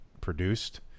produced